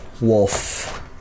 Wolf